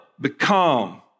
become